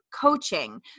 coaching